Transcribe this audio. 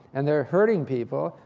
and they're hurting people,